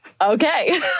Okay